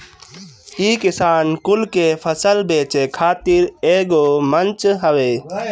इ किसान कुल के फसल बेचे खातिर एगो मंच हवे